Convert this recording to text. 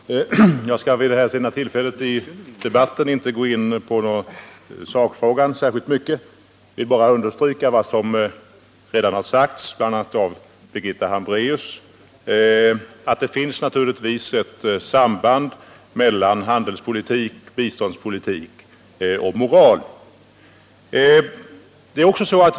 Herr talman! Jag skall vid denna sena tidpunkt i debatten inte gå in på sakfrågan särskilt mycket. Jag vill bara understryka vad som redan har sagts, bl.a. av Birgitta Hambraeus, att det naiurligtvis finns ett samband mellan: handelspolitik, biståndspolitik och moral.